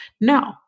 No